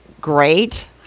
Great